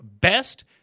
Best